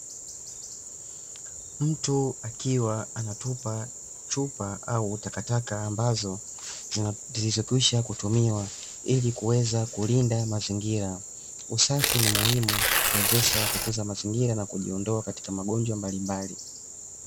Mtu akiwa anatupa chupa au takataka ambazo zilizokwisha kutumiwa ili kuweza kulinda mazingira. Usafi ni muhimu kuwezesha kutunza mazingira na kujiondoa katika magonjwa mbalimbali.